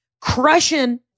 crushing